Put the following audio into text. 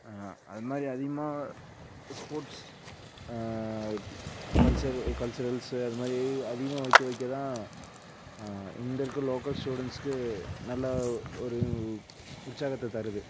அது மாதிரி அதிகமாக ஸ்போர்ட்ஸ் கல்ச்சர் கல்ச்சுரல்ஸு அது மாதிரி அதிகமாக வைக்க வைக்க தான் இங்கே இருக்க லோக்கல் ஸ்டூடண்ட்ஸுக்கு நல்லா ஒரு உற்சாகத்தை தருது